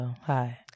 Hi